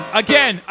again